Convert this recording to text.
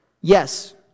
Yes